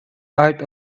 art